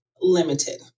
limited